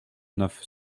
neuf